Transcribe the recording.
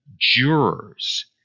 Jurors